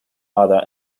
other